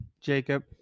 Jacob